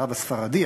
הרב הספרדי,